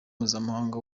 mpuzamahanga